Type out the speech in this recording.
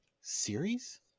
series